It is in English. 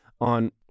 on